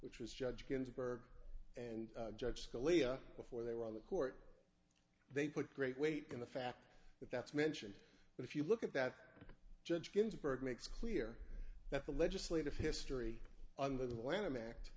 which was judge ginsburg and judge scalia before they were on the court they put great weight in the fact that that's mentioned but if you look at that judge ginsburg makes clear that the legislative history under the